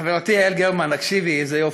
חברתי יעל גרמן, הקשיבי איזה יופי,